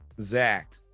Zach